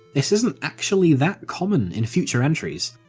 this isn't actually that common in future entries.